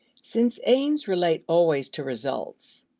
since aims relate always to results,